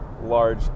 large